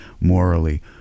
morally